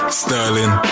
sterling